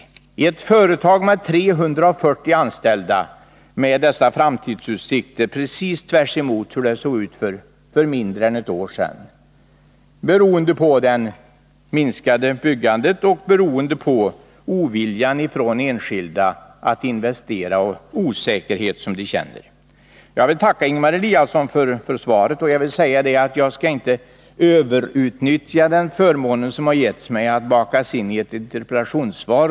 Detta händer i ett företag med 340 anställda och som för mindre än ett år sedan hade mycket goda framtidsutsikter. Det beror dels på det minskade byggandet, dels på oviljan hos enskilda att investera till följd av den osäkerhet som de känner. Jag vill tacka Ingemar Eliasson för svaret. Jag skall inte överutnyttja den förmån som har getts mig genom att mitt frågesvar har bakats in i ett interpellationssvar.